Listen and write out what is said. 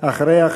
ואחריה,